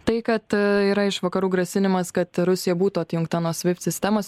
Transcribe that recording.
tai kad yra iš vakarų grasinimas kad rusija būtų atjungta nuo svift sistemos